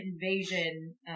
invasion